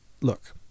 look